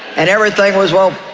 and everything was, well,